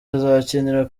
azakinira